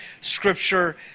scripture